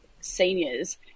seniors